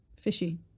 fishy